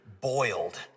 boiled